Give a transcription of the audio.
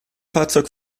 fahrzeug